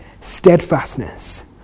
steadfastness